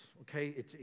okay